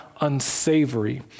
unsavory